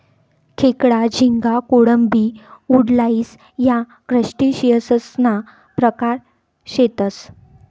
खेकडा, झिंगा, कोळंबी, वुडलाइस या क्रस्टेशियंससना प्रकार शेतसं